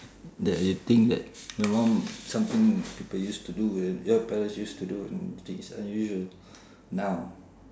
that you think that your mum something people used to do when your parents used to do when is unusual now